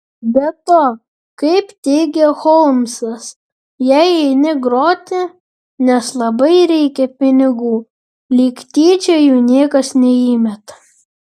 be to kaip teigia holmsas jei eini groti nes labai reikia pinigų lyg tyčia jų niekas neįmeta